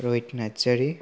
रहित नार्जारि